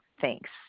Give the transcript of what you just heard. Thanks